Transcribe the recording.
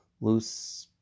loose